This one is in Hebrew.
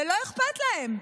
ולא אכפת להם.